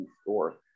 store